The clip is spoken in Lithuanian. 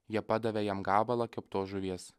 jie padavė jam gabalą keptos žuvies